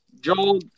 Joel